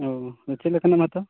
ᱚᱸᱻ ᱪᱮᱫ ᱞᱮᱠᱟᱱᱟᱢ ᱦᱟᱛᱟᱣᱟ